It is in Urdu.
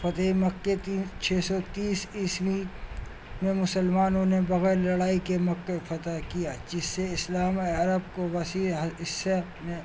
فتح مکہ تین چھ سو تیس عیسوی میں مسلمانوں نے بغیر لڑائی کے مکہ فتح کیا جس سے اسلام عرب کو وسیع حصہ نے